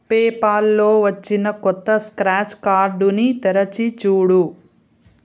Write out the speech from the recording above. పేపాల్లో వచ్చిన కొత్త స్క్రాచ్ కార్డుని తెరిచి చూడు